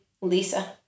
Lisa